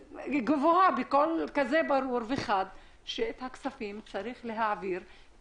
בקול ברור וחד שצריך להעביר את הכספים